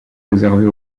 réservée